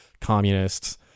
communists